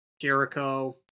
Jericho